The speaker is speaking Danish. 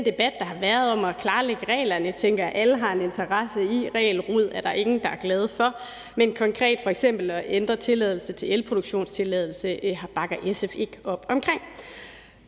debat, der har været om at klarlægge reglerne, tænker jeg at alle selvfølgelig har en interesse i – regelrod er der ingen, der er glade for – men konkret f.eks. at ændre på tilladelser til elproduktion bakker SF ikke op om.